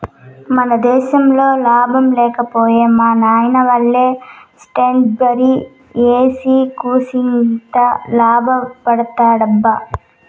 మన సేద్దెంలో లాభం లేక పోయే మా నాయనల్లె స్ట్రాబెర్రీ ఏసి కూసింత లాభపడదామబ్బా